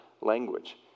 language